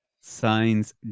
Signs